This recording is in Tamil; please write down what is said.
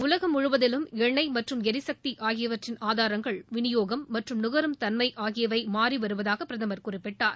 உலகம் முழுவதிலும் எண்ணெய் மற்றும் எரிசக்தி ஆகியவற்றின் ஆதாரங்கள் விநியோகம் மற்றும் நகரும் தன்மை ஆகியவை மாறி வருவதாக பிரதமர் குறிப்பிட்டார்